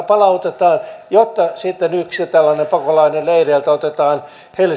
palautetaan yksi jotta sitten yksi pakolainen leireiltä